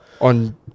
On